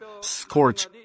scorch